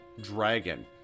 Dragon